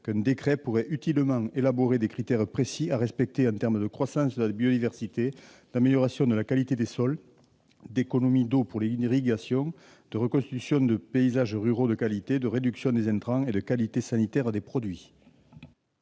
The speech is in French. qu'un décret pourrait utilement élaborer des critères précis à respecter, en termes de croissance de la biodiversité, d'amélioration de la qualité des sols, d'économie d'eau pour l'irrigation, de reconstitution de paysages ruraux de qualité, de réduction des intrants et de qualité sanitaire des produits.